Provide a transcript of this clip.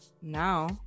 now